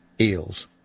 Eels